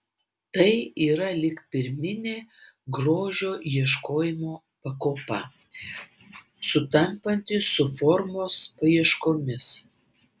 tai yra lyg pirminė grožio ieškojimo pakopa sutampanti su formos paieškomis